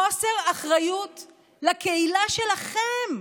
חוסר אחריות לקהילה שלכם,